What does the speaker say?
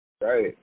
right